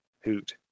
hoot